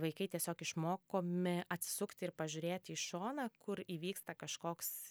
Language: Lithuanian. vaikai tiesiog išmokomi atsisukti ir pažiūrėti į šoną kur įvyksta kažkoks